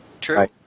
true